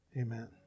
Amen